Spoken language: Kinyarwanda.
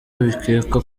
bikekwa